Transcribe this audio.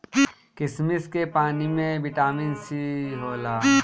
किशमिश के पानी में बिटामिन सी होला